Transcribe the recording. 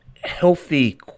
healthy